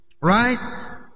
Right